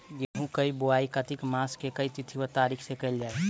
गेंहूँ केँ बोवाई कातिक मास केँ के तिथि वा तारीक सँ कैल जाए?